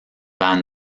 van